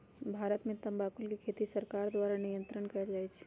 भारत में तमाकुल के खेती सरकार द्वारा नियन्त्रण कएल जाइ छइ